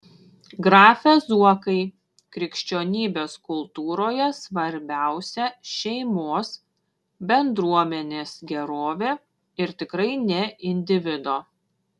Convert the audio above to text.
grafe zuokai krikščionybės kultūroje svarbiausia šeimos bendruomenės gerovė ir tikrai ne individo